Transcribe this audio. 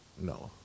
No